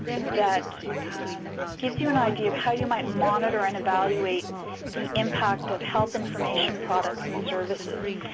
that gives you an idea of how you might monitor and evaluate the impact of health information products and services.